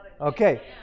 Okay